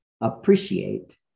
appreciate